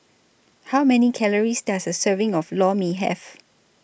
How Many Calories Does A Serving of Lor Mee Have